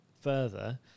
further